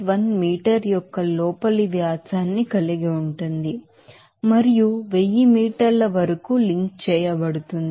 1 metre యొక్క inner diameter న్ని కలిగి ఉంటుంది మరియు 1000 మీటర్ల వరకు లింక్ చేయబడుతుంది